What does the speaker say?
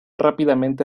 rápidamente